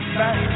back